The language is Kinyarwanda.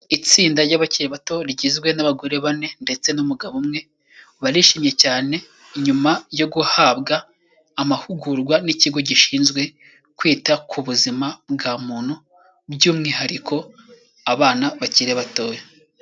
Itsinda ry'abakiri bato rigizwe n'abagore bane ndetse n'umugabo umwe, barishimye cyane nyuma yo guhabwa amahugurwa n'ikigo gishinzwe kwita ku buzima bwa muntu by'umwihariko abana bakiri batoya.